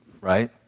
right